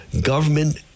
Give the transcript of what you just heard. government